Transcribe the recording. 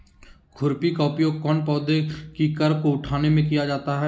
खुरपी का उपयोग कौन पौधे की कर को उठाने में किया जाता है?